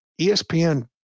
ESPN